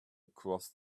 across